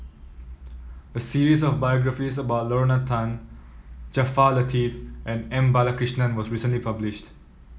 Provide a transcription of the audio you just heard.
a series of biographies about Lorna Tan Jaafar Latiff and M Balakrishnan was recently published